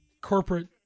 corporate